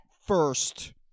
first